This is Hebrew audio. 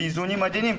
באיזונים עדינים,